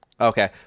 Okay